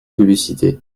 publicité